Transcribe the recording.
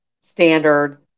standard